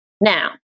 Now